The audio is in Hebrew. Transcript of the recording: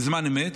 בזמן אמת.